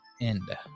end